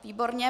Výborně.